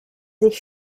sich